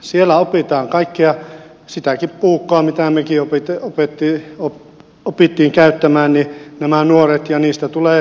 siellä nämä nuoret oppivat kaikkea käyttämään sitä puukkoakin mitä mekin opimme käyttämään ja heistä tulee terveitä kansalaisia